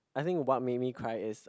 I think what made me cry is